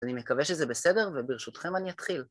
אני מקווה שזה בסדר וברשותכם אני אתחיל.